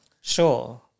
Sure